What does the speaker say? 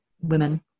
women